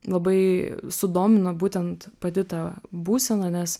labai sudomino būtent pati ta būsena nes